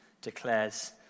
declares